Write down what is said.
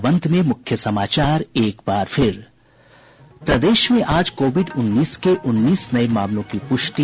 और अब अंत में मूख्य समाचार एक बार फिर प्रदेश में आज कोविड उन्नीस के उन्नीस नये मामलों की पुष्टि